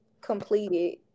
completed